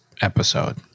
episode